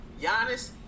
Giannis